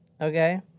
Okay